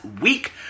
week